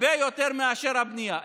הרבה יותר מאשר בנייה?